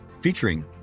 featuring